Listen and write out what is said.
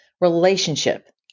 relationship